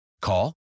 Call